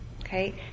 Okay